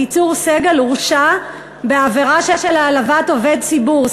אליצור סגל הורשע בעבירה של העלבת עובד ציבור.